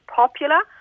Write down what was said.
popular